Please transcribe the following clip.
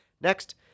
Next